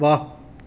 ਵਾਹ